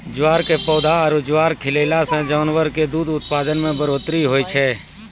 ज्वार के पौधा आरो ज्वार खिलैला सॅ जानवर के दूध उत्पादन मॅ बढ़ोतरी होय छै